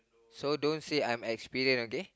so don't say I am experience okay